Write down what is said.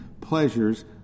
pleasures